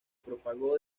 propagó